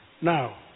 Now